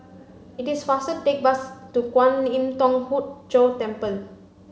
it is faster to take bus to Kwan Im Thong Hood Cho Temple